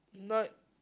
not